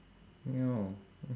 ya